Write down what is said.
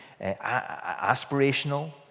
aspirational